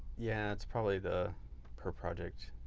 yeah, that's probably the per project.